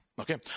Okay